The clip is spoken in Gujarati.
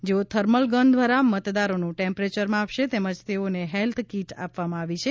જેઓ થર્મલ ગન દ્વારા મતદારોનું ટેમ્પરેચર માપશે તેમજ તેઓને હેલ્થ કીટ આપવામાં આવી છે